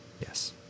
Yes